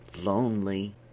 lonely